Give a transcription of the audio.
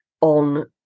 on